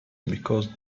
because